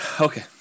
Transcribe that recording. okay